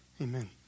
Amen